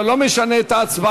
זה לא משנה את ההצבעה.